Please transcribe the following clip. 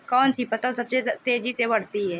कौनसी फसल सबसे तेज़ी से बढ़ती है?